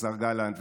השר גלנט.